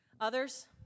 Others